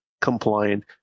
compliant